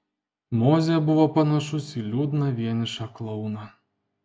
mozė buvo panašus į liūdną vienišą klouną